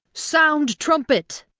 sound, trumpet!